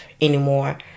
anymore